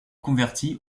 converti